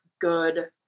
good